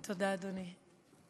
תודה, אדוני.